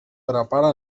prepara